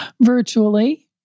Virtually